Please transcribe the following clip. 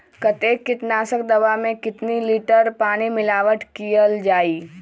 कतेक किटनाशक दवा मे कितनी लिटर पानी मिलावट किअल जाई?